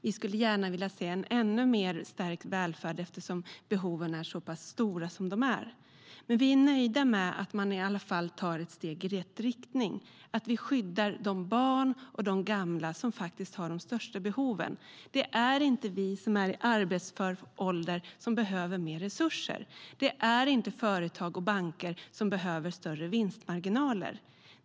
Vi skulle gärna vilja se en ännu mer stärkt välfärd, eftersom behoven är så stora. Men vi är nöjda med att vi i alla fall tar ett steg i rätt riktning och att vi skyddar de barn och gamla som har de största behoven. Det är inte vi i arbetsför ålder som behöver mer resurser. Det är inte företag och banker som behöver större vinstmarginaler.